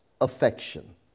affection